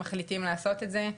אם מחליטים לעשות את זה.